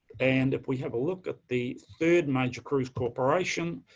and if we have a look at the third major cruise corporation,